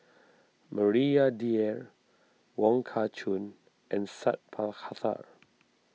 Maria Dyer Wong Kah Chun and Sat Pal Khattar